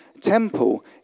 temple